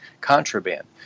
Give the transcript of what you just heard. contraband